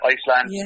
Iceland